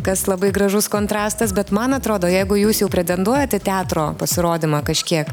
kas labai gražus kontrastas bet man atrodo jeigu jūs jau pretenduojat į teatro pasirodymą kažkiek